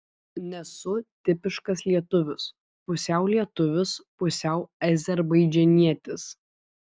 nesu tipiškas lietuvis pusiau lietuvis pusiau azerbaidžanietis